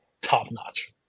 top-notch